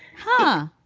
huh?